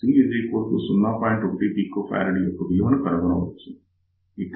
1 pF యొక్క విలువ కనుగొనవచ్చు